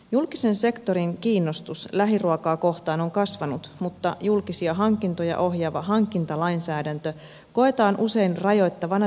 julkisen sektorin kiinnostus lähiruokaa kohtaan on kasvanut mutta julkisia hankintoja ohjaava hankintalainsäädäntö koetaan usein rajoittavana tekijänä